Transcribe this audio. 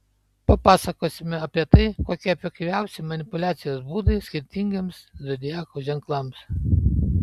papasakosime apie tai kokie efektyviausi manipuliacijos būdai skirtingiems zodiako ženklams